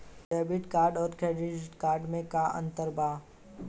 Debit card आउर credit card मे का अंतर बा?